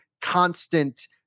constant